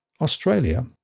Australia